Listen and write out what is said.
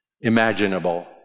imaginable